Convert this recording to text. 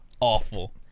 Awful